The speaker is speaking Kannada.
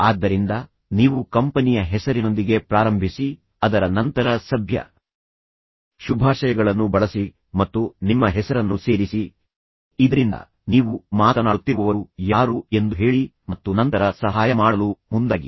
ಆದ್ದರಿಂದ ನೀವು ಕಂಪನಿಯ ಹೆಸರಿನೊಂದಿಗೆ ಪ್ರಾರಂಭಿಸಿ ಅದರ ನಂತರ ಶುಭೋದಯ ಶುಭ ಮಧ್ಯಾಹ್ನ ಶುಭ ಸಂಜೆಯಂತಹ ಸಭ್ಯ ಶುಭಾಶಯಗಳನ್ನು ಬಳಸಿ ಮತ್ತು ನಿಮ್ಮ ಹೆಸರನ್ನು ಸೇರಿಸಿ ಇದರಿಂದ ನೀವು ಮಾತನಾಡುತ್ತಿರುವವರು ಯಾರು ಎಂದು ಹೇಳಿ ಮತ್ತು ನಂತರ ಸಹಾಯ ಮಾಡಲು ಮುಂದಾಗಿ